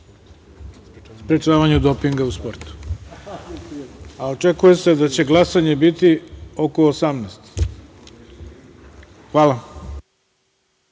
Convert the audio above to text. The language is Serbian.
sprečavanju dopinga u sportu. Očekuje se da će glasanje biti oko 18.00